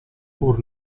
pur